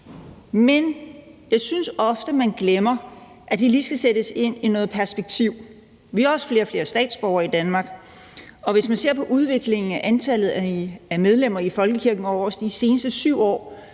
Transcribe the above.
Men jeg synes ofte, man glemmer, at det lige skal sættes i perspektiv. Vi har også flere og flere statsborgere i Danmark, og hvis man ser på udviklingen i antallet af medlemmer af folkekirken over de seneste 7 år,